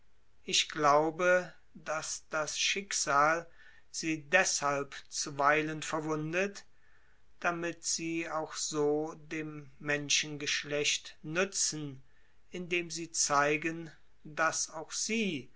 ich glaube daß das schicksal sie deshalb zuweilen verwundet damit sie auch so dem menschengeschlecht nützen indem sie zeigen daß auch sie